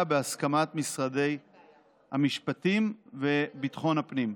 בהסכמת משרד המשפטים והמשרד לביטחון הפנים.